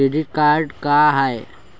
Credit card का हाय?